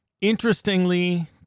Interestingly